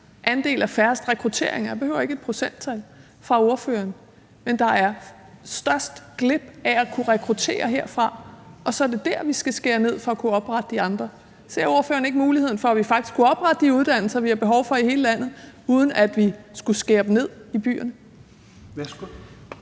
andel af færrest rekrutteringer – jeg behøver ikke et procenttal fra ordførerens side – altså hvor man går glip af flest rekrutteringer, og at det så er der, vi skal skære ned for at kunne oprette de andre? Ser ordføreren ikke muligheden for, at vi faktisk kunne oprette de uddannelser, vi har behov for i hele landet, uden at vi skulle skære ned på dem i byerne?